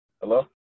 Hello